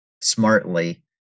smartly